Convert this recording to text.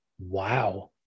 Wow